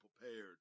prepared